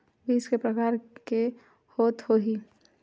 बीज के प्रकार के होत होही?